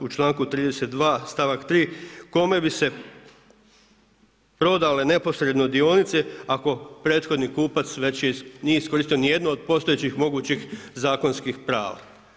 U članku 32. stavak 3. kome bi se prodale neposredno dionice ako prethodni kupac već je, nije iskoristio ni jednu od postojećih mogućih zakonskih prava.